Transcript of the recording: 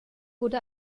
wurde